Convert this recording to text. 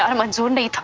um months only.